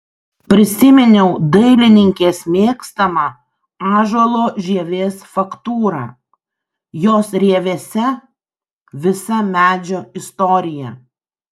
prisiminiau dailininkės mėgstamą ąžuolo žievės faktūrą jos rievėse visa medžio istorija